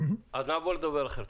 נעבור לדובר אחר.